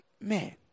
man